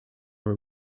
were